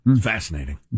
fascinating